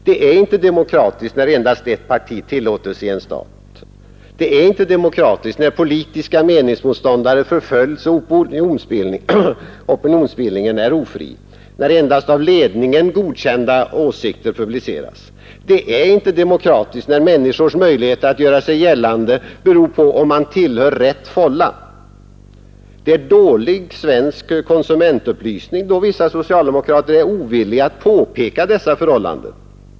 Det är inte demokratiskt när endast ett parti tillåts i en stat. Det är inte demokratiskt när politiska meningsmotståndare förföljs och opinionsbildningen är ofri, när endast av ledningen godkända åsikter publiceras. Det är inte demokratiskt när människors möjligheter att göra sig gällande beror på om man tillhör rätt fålla. Det är dålig svensk konsumentupplysning då vissa socialdemokrater är ovilliga att påpeka dessa förhållanden.